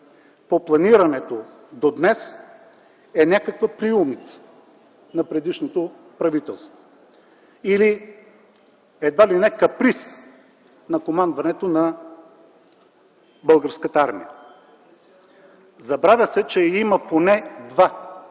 по планирането до днес, е някаква приумица на предишното правителство или едва ли не каприз на командването на Българската армия. Забравяте, че има поне два